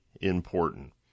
important